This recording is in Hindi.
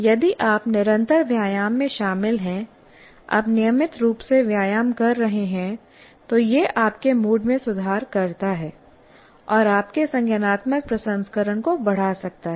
यदि आप निरंतर व्यायाम में शामिल हैं आप नियमित रूप से व्यायाम कर रहे हैं तो यह आपके मूड में सुधार करता है और आपके संज्ञानात्मक प्रसंस्करण को बढ़ा सकता है